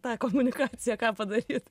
tą komunikaciją ką padaryt